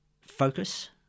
focus